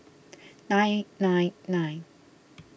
nine nine nine